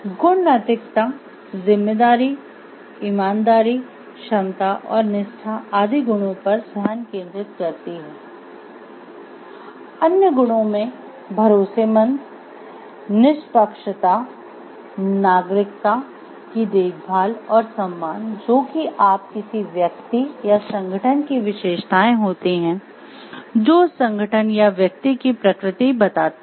गुण नैतिकता जिम्मेदारी ईमानदारी क्षमता और निष्ठा आदि गुणों पर ध्यान केन्द्रित करती है अन्य गुणों में भरोसेमंद निष्पक्षता नागरिकता की देखभाल और सम्मान जो कि आप किसी व्यक्ति या संगठन की विशेषताएं होती है जो उस संगठन या व्यक्ति की प्रकृति बताती है